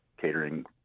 catering